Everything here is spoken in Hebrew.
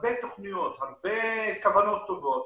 הרבה תוכניות, הרבה כוונות טובות,